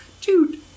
dude